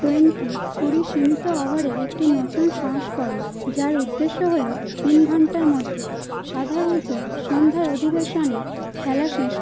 twenty কুড়ি সীমিত ওভারের একটি নতুন সংস্করণ যার উদ্দেশ্য হলো তিন ঘণ্টার মধ্যে সাধারণত সন্ধ্যার অধিবেশনে খেলা শেষ